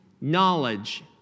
knowledge